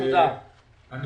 אני